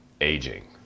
aging